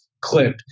clip